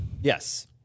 Yes